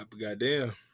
Goddamn